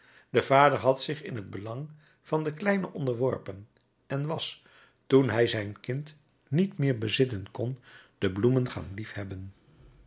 de vader had zich in t belang van den kleine onderworpen en was toen hij zijn kind niet meer bezitten kon de bloemen gaan liefhebben